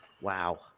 Wow